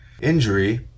injury